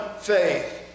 faith